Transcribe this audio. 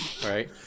Right